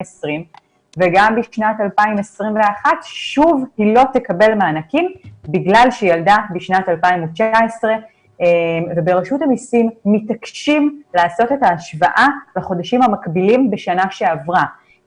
וגם בשנת 2021. היא לא תקבל מענקים בגלל שהיא ילדה בשנת 2019. ברשות המסים מתעקשים לעשות את ההשוואה לחודשים המקבילים בשנה שעברה.